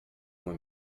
uma